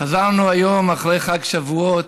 חזרנו היום אחרי חג שבועות.